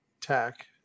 tech